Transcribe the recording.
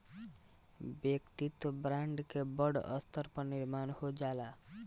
वैयक्तिक ब्रांड के बड़ स्तर पर निर्माण हो जाला